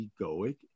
egoic